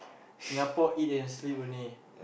Singapore eat and sleep only